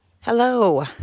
Hello